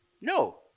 No